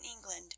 England